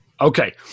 okay